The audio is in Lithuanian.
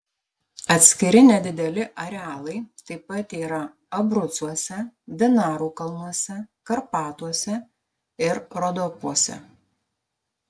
atskiri nedideli arealai taip pat yra abrucuose dinarų kalnuose karpatuose ir rodopuose